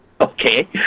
Okay